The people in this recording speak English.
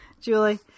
Julie